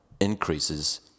increases